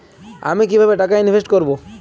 আমি কিভাবে টাকা ইনভেস্ট করব?